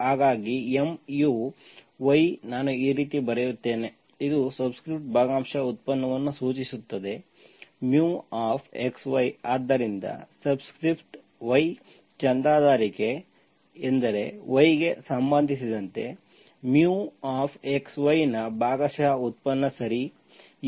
ಹಾಗಾಗಿ mu y ನಾನು ಈ ರೀತಿ ಬರೆಯುತ್ತೇನೆ ಇದು ಸಬ್ಸ್ಕ್ರಿಪ್ಟ್ ಭಾಗಶಃ ಉತ್ಪನ್ನವನ್ನು ಸೂಚಿಸುತ್ತದೆ μx y ಆದ್ದರಿಂದ ಸಬ್ಸ್ಕ್ರಿಪ್ಟ್ y ಚಂದಾದಾರಿಕೆ y ಸಬ್ಸ್ಕ್ರಿಪ್ಟ್ ಎಂದರೆ y ಗೆ ಸಂಬಂಧಿಸಿದಂತೆ μx y ನ ಭಾಗಶಃ ಉತ್ಪನ್ನ ಸರಿ